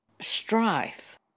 Strife